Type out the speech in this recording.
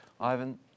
Ivan